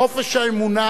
חופש האמונה,